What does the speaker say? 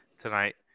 tonight